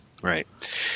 Right